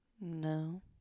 No